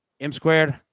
M-squared